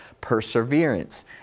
perseverance